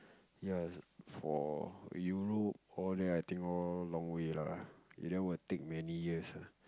ya for Europe all there I think all long way lah it will take many years lah